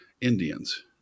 Indians